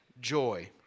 joy